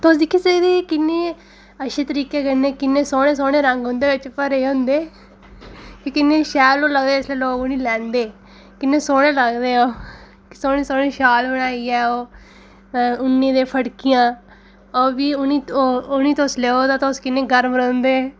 तुस दिक्खी सकदे किन्ने अच्छे तरीके कन्नै किन्ने सौह्ने सौह्ने रंग उंदे बिच्च भरे दे होंदे ते किन्ने शैल ओह् लगदे जिसलै लोग उटनेंगी लैंदे किन्ने सौह्ने लगदे ओह् कि सौह्ने सौह्ने शाल बनाइयै ओह् उ'नेंगी ते फड़कियां ओह् बी उ'नें दी तुस लैओ तुस किन्ने गर्म रौंह्दे